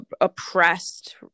oppressed